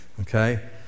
Okay